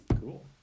Cool